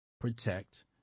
Protect